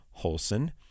Holson